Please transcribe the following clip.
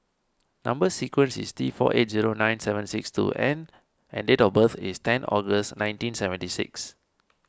Number Sequence is T four eight zero nine seven six two N and date of birth is ten August nineteen seventy six